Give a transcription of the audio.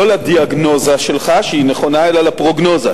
לא לדיאגנוזה שלך, שהיא נכונה, אלא לפרוגנוזה,